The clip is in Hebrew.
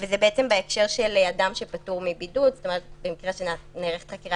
זה בהקשר של אדם שפטור מבידוד במקרה שנערכת חקירה